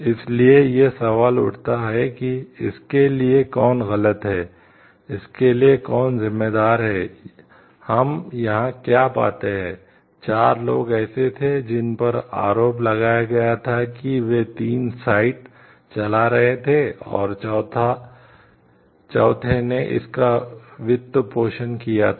इसलिए यह सवाल उठता है कि इसके लिए कौन गलत है इसके लिए कौन जिम्मेदार है हम यहां क्या पाते हैं चार लोग ऐसे थे जिन पर आरोप लगाया गया था कि वे 3 साइट चला रहे थे और चौथे ने इसका वित्तपोषण किया था